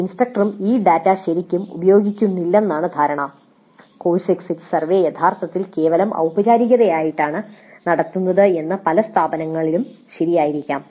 ഒരു ഇൻസ്ട്രക്ടറും ഈ ഡാറ്റ ശരിക്കും ഉപയോഗിക്കുന്നില്ലെന്നാണ് ധാരണ കോഴ്സ് എക്സിറ്റ് സർവേ യഥാർത്ഥത്തിൽ കേവലം ഔപചാരികതയായിട്ടാണ് നടത്തുന്നത് എന്നത് പല സ്ഥാപനങ്ങളിലും ശരിയായിരിക്കാം